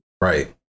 Right